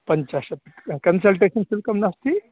पञ्चाशत् कन्सल्तेषन् शुल्कं नास्ति